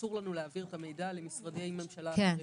אסור לנו להעביר את המידע למשרדי ממשלה אחרים.